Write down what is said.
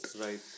Right